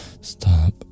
Stop